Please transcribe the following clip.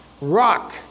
Rock